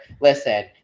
Listen